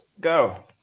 Go